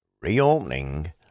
Reopening